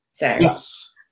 yes